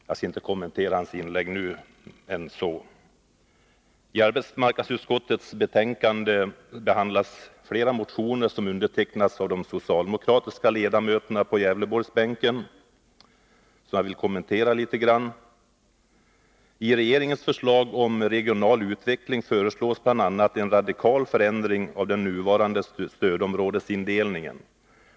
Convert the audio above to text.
Jag skall inte nu kommentera hans inlägg mer än så. I arbetsmarknadsutskottets betänkande behandlas flera motioner som undertecknats av de socialdemokratiska ledamöterna på Gävleborgsbänken och som jag vill kommentera litet grand. I regeringens program för regional utveckling föreslås bl.a. en radikal förändring av den nuvarande stödområdesindelningen.